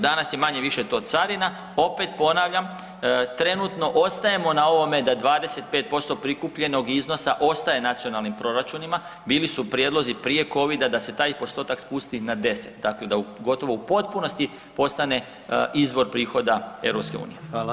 Danas je manje-više to carina, opet ponavljam, trenutno ostajemo na ovome da 25% prikupljenog iznosa ostaje nacionalnim proračunima, bili su prijedlozi prije Covida da se taj postotak spusti na 10, dakle da u potpunosti postane izbor prihoda EU.